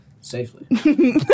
Safely